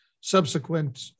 subsequent